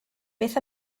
beth